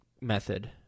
method